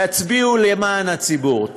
תצביעו למען הציבור.